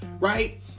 right